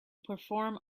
perform